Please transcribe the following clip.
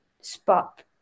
spot